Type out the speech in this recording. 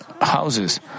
houses